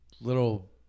little